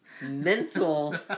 mental